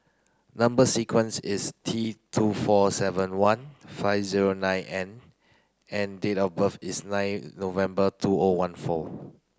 number sequence is T two four seven one five zero nine N and date of birth is nine November two O one four